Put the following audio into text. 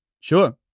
Sure